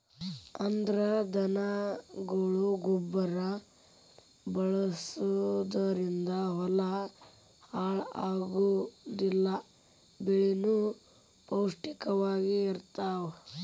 ಅಂದ್ರ ದನಗೊಳ ಗೊಬ್ಬರಾ ಬಳಸುದರಿಂದ ಹೊಲಾ ಹಾಳ ಆಗುದಿಲ್ಲಾ ಬೆಳಿನು ಪೌಷ್ಟಿಕ ವಾಗಿ ಇರತಾವ